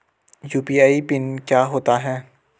UPI pin क्या होता है?